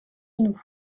nous